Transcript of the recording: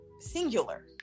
singular